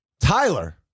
Tyler